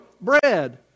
bread